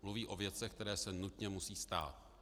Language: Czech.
Mluví o věcech, které se nutně musí stát.